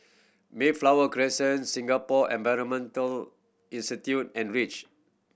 Mayflower Crescent Singapore Environmental Institute and Reach